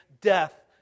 death